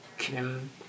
Kim